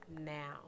now